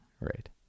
right